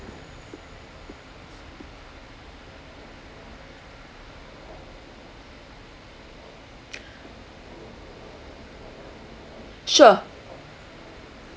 sure